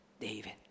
David